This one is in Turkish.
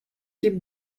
gibi